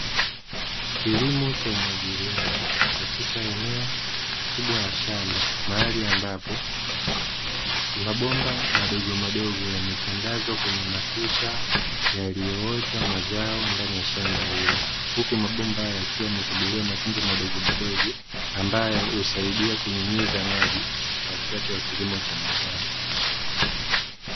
Kilimo cha umwagiliaji katika eneo kubwa la shamba mahali ambapo, mabomba madogo madogo yametandazwa kwenye matuta yaliyoota mazao ndani ya shamba hilo. Huku mabomba haya yakiwa yametobolewa matundu madogomadogo ambayo husaidia kunyunyiza maji wakati wa kilimo cha mazao.